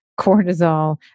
cortisol